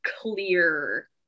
clear